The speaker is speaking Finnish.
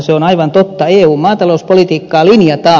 se on aivan totta eun maatalouspolitiikkaa linjataan